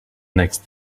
next